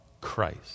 Christ